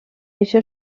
això